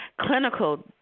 Clinical